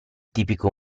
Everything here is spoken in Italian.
tipico